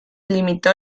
limitó